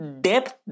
depth